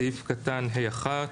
סעיף (ה)(1).